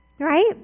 right